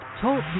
Talk